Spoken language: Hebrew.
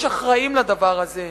יש אחראים לדבר הזה.